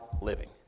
living